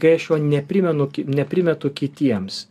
kai aš jo neprimenu neprimetu kitiems